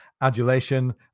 adulation